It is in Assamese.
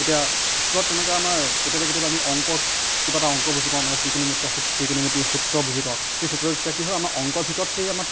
এতিয়া ইস্কুলত তেনেকুৱা আমাৰ কেতিয়াবা কেতিয়াবা আমি অংকত কিবা এটা অংক বুজি পাওঁ মানে ট্ৰিকোণিমুত্ত সূত ট্ৰিকোণিমিতি সূত্ৰ বুজি পাওঁ সেই সূত্ৰত তেতিয়া কি হয় আমা অংকৰ ভিতৰত সেই আমাৰ